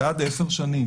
עד עשר שנים.